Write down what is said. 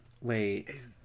Wait